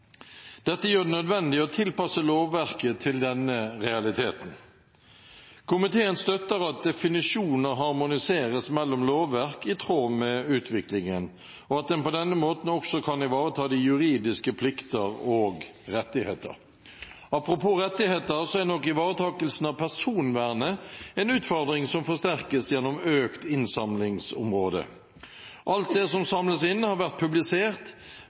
Dette gjør det nødvendig å tilpasse lovverket til denne realiteten. Komiteen støtter at definisjoner harmoniseres mellom lovverk i tråd med utviklingen, og at en på denne måten også kan ivareta juridiske plikter og rettigheter. Apropos rettigheter – ivaretakelsen av personvernet er nok en utfordring som forsterkes gjennom økt innsamlingsområde. Alt det som samles inn, har vært publisert,